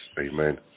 amen